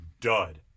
dud